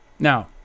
now